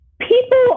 people